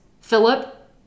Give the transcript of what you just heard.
philip